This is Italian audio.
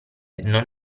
non